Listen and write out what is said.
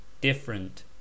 Different